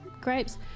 grapes